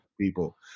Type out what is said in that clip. people